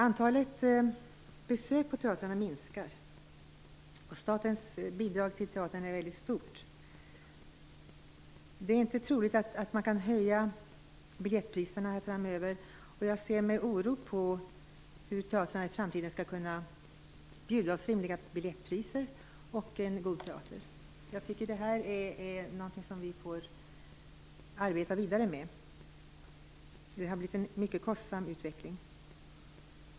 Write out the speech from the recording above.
Antalet besök på teatrarna minskar, medan statens bidrag till teatrarna är väldigt stort. Det är inte troligt att man kan höja biljettpriserna framöver, och jag ser med oro på teatrarnas möjligheter att i framtiden bjuda oss rimliga biljettpriser och god teater. Detta är något som vi får arbeta vidare med. Det har blivit en mycket kostsam utveckling.